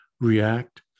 react